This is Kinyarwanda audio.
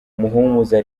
muhumuza